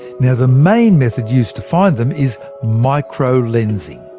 yeah the main method used to find them is microlensing.